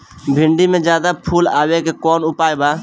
भिन्डी में ज्यादा फुल आवे के कौन उपाय बा?